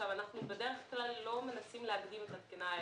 אנחנו בדרך כלל לא מנסים להקדים את התקינה האירופאית.